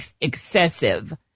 excessive